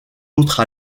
autre